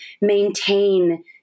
maintain